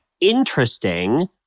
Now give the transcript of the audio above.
interesting